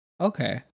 Okay